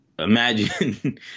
imagine